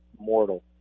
mortal